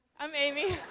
i'm amy.